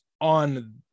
on